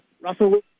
Russell